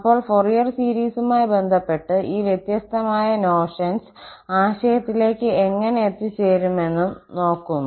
അപ്പോൾ ഫൊറിയർ സീരീസുമായി ബന്ധപ്പെട്ട് ഈ വ്യത്യസ്തമായ നോഷൻസ് ആശയത്തിലേക്ക് എങ്ങനെ എത്തിച്ചേരുമെന്നും നോക്കുന്നു